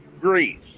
Greece